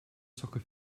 soccer